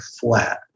flat